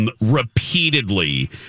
repeatedly